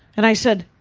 and i said,